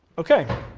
ok.